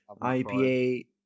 IPA